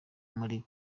muri